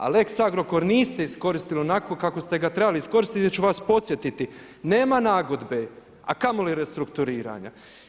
A lex Agrokor niste iskoristili onako kako ste ga trebali iskoristit jer ću vas podsjetiti, nema nagodbe, a kamoli restrukturiranja.